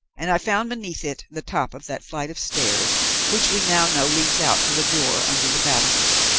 and i found beneath it the top of that flight of stairs which we now know leads out to the door under the battlements.